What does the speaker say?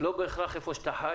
שלא בהכרח איפה שאתה חי